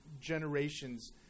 generations